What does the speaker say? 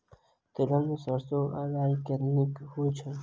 तेलहन मे सैरसो आ राई मे केँ नीक होइ छै?